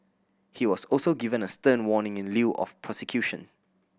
he was also given a stern warning in lieu of prosecution